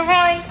Roy